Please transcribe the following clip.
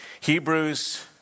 Hebrews